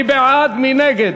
מי בעד, מי נגד?